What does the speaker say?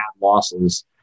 losses